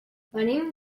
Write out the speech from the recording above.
venim